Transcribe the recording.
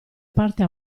parte